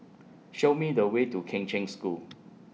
Show Me The Way to Kheng Cheng School